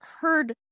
heard